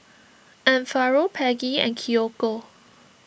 Amparo Peggy and Kiyoko